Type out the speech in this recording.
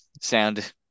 Sound